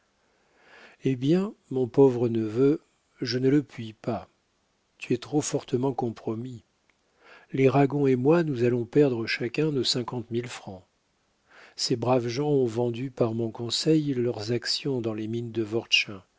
eh bien mon pauvre neveu je ne le puis pas tu es trop fortement compromis les ragon et moi nous allons perdre chacun nos cinquante mille francs ces braves gens ont vendu par mon conseil leurs actions dans les mines de